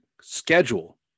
schedule